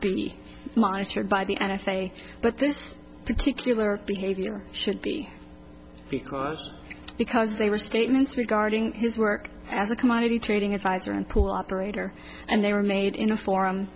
be monitored by the n s a but this particular behavior should be because because they were statements regarding his work as a commodity trading advisor and pool operator and they were made in a forum